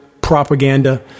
propaganda